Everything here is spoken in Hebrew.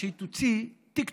ושהיא תוציא טיקטוק,